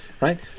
right